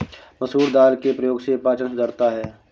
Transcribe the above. मसूर दाल के प्रयोग से पाचन सुधरता है